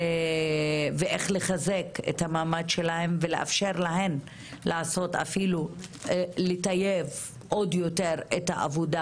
ואיך לחזק את המעמד שלהן ולאפשר להן לטייב עוד יותר את העבודה